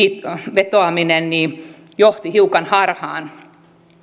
vetoaminen johti hiukan harhaan